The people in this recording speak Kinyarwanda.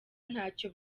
ntacyo